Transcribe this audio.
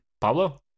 Pablo